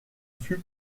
fut